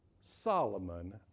Solomon